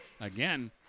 again